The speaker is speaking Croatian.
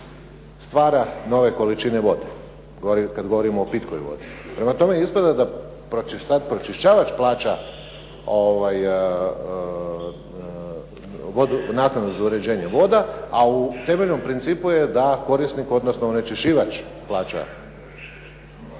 stvara nove količine vode, kada govorimo o pitkoj vodi, prema tome ispada da pročišćavač plaća naknadu za uređenje voda, a u temeljnom principu je da korisnik odnosno onečišćivač plaća